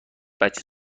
بچه